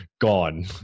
gone